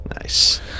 Nice